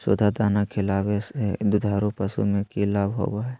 सुधा दाना खिलावे से दुधारू पशु में कि लाभ होबो हय?